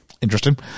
Interesting